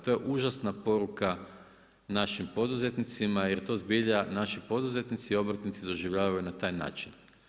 To je užasna poruka našim poduzetnicima, jer to zbilja naši poduzetnici, obrtnici doživljavaju na taj način.